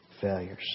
failures